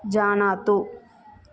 जानातु